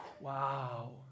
Wow